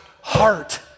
heart